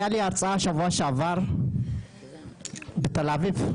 היה לי הצעה שבוע שעבר בתל אביב,